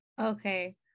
Okay